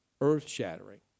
earth-shattering